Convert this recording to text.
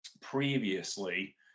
previously